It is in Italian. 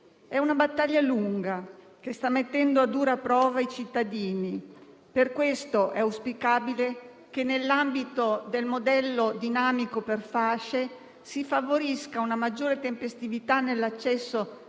È una battaglia lunga, che sta mettendo a dura prova i cittadini. Per questo è auspicabile che, nell'ambito del modello dinamico per fasce, si favorisca una maggiore tempestività nell'accesso